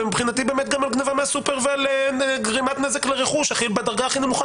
ומבחינתי באמת גם על גניבה מהסופר ועל גרימת נזק לרכוש בדרגה הכי נמוכה,